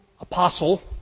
apostle